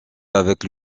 avec